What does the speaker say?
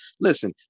Listen